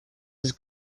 his